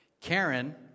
Karen